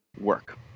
work